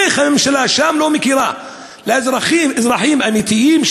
איך הממשלה שם לא מכירה באזרחים אמיתיים,